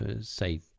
say